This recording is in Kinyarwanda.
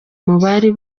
mubari